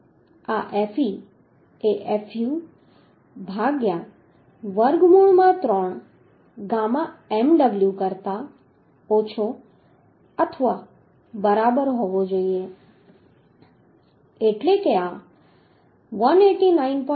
તેથી આ fe એ fu ભાગ્યા વર્ગમૂળ માં 3 ગામા mw દ્વારા કરતા ઓછો અથવા બરાબર હોવો જોઈએ એટલે કે આ 189